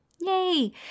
Yay